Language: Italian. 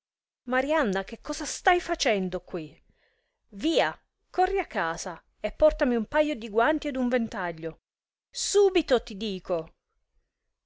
marianna che cosa stai facendo quì via corri a casa e portami un paio di guanti ed un ventaglio subito ti dico